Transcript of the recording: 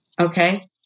okay